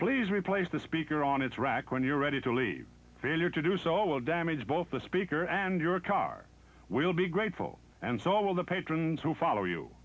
please replace the speaker on its rack when you're ready to leave failure to do so will damage both the speaker and your car will be grateful and so will the patrons who follow you